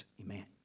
amen